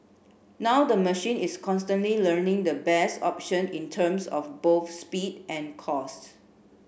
now the machine is constantly learning the best option in terms of both speed and cost